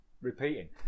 repeating